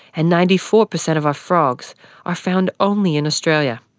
and ninety four per cent of our frogs are found only in australia.